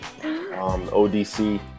ODC